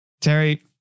Terry